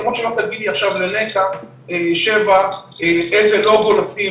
זה כמו שלא תגידי עכשיו ל'נקה 7' איזה לוגו לשים